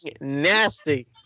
nasty